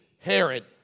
Herod